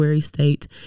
state